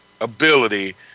ability